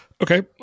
Okay